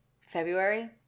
February